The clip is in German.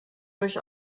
durch